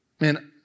Man